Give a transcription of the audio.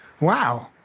Wow